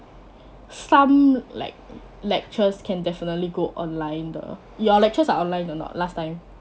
some like lectures can definitely go online 的 your lectures are online or not last time